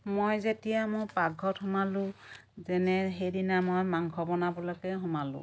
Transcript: মই যেতিয়া মোৰ পাকঘৰত সোমালোঁ যেনে সেইদিনা মই মাংস বনাবলৈকে সোমালোঁ